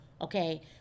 okay